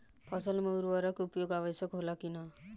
फसल में उर्वरक के उपयोग आवश्यक होला कि न?